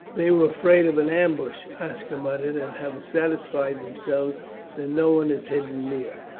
they were afraid of an ambush, aska muttered, and have satisfied themselves that no one is hidden near.